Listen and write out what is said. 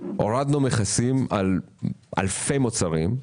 הורדנו מכסים על אלפי מוצרים,